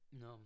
no